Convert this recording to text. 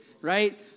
right